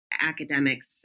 academics